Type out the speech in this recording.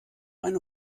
eine